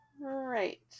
right